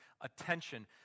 attention